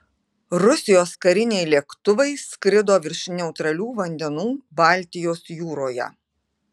rusijos kariniai lėktuvai skrido virš neutralių vandenų baltijos jūroje